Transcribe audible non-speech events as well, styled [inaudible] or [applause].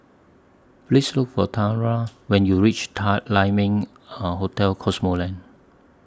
Please Look For Tamra when YOU REACH Ta Lai Ming [hesitation] Hotel Cosmoland